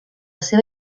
seva